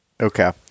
Okay